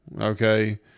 Okay